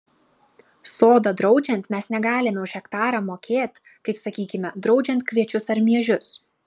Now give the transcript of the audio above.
sodą draudžiant mes negalime už hektarą mokėt kaip sakykime draudžiant kviečius ar miežius